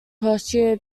kosher